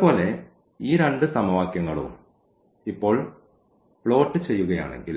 മുമ്പത്തെപ്പോലെ ഈ രണ്ട് സമവാക്യങ്ങളും ഇപ്പോൾ പ്ലോട്ട് ചെയ്യുകയാണെങ്കിൽ